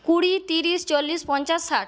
কুড়ি তিরিশ চল্লিশ পঞ্চাশ ষাট